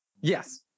Yes